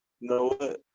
No